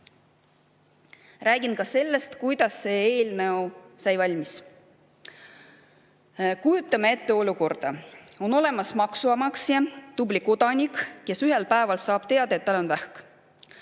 Räägin ka sellest, kuidas see eelnõu valmis sai. Kujutame ette olukorda, et on olemas maksumaksja, tubli kodanik, kes ühel päeval saab teada, et tal on vähk.